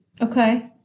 Okay